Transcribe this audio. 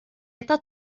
estas